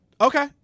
okay